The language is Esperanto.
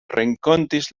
renkontis